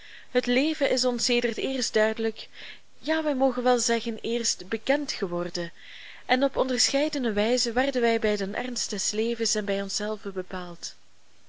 het leven is ons sedert eerst duidelijk ja wij mogen wel zeggen eerst bekend geworden en op onderscheidene wijzen werden wij bij den ernst des levens en bij onszelven bepaald